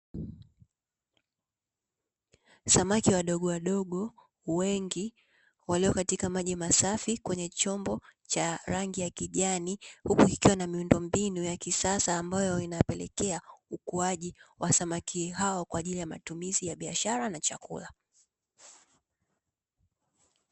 Samaki wadogo wadogo wengi, walio katika maji masafi kwenye chombo cha rangi ya kijani, huku kikiwa na miundombinu ya kisasa, ambayo inapelekea ukuaji wa samaki hao, kwa ajili ya matumizi ya biashara na chakula.